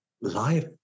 life